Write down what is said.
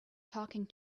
talking